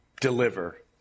deliver